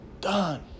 done